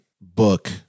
book